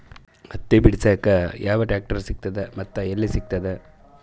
ಹತ್ತಿ ಬಿಡಸಕ್ ಯಾವ ಟ್ರಾಕ್ಟರ್ ಸಿಗತದ ಮತ್ತು ಎಲ್ಲಿ ಸಿಗತದ?